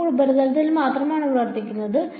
ഇത് ഇപ്പോൾ ഉപരിതലത്തിൽ മാത്രമാണ് പ്രവർത്തിക്കുന്നത്